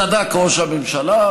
צדק ראש הממשלה,